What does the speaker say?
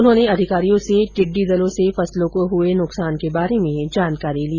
उन्होंने अधिकारियों से टिड्डी दलों से फसलों को हुए नुकसान के बारे में जानकारी ली